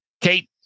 Kate